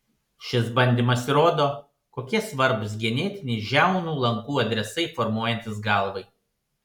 šis bandymas įrodo kokie svarbūs genetiniai žiaunų lankų adresai formuojantis galvai